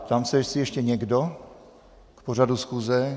Ptám se, jestli ještě někdo k pořadu schůze.